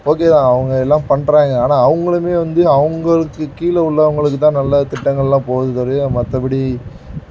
okay தான் அவங்க எல்லாம் பண்ணுறாங்க ஆனால் அவங்களுமே வந்து அவங்களுக்கு கீழே உள்ளவர்களுக்கு தான் நல்ல திட்டக்களெல்லாம் போகுது ஒழிய மற்றப்படி